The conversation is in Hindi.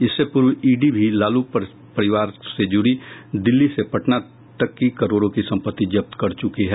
इससे पूर्व ईडी भी लालू परिवार से जुड़ी दिल्ली से पटना तक की करोड़ों की संपत्ति जब्त कर चुकी है